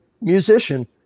musician